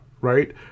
right